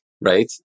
right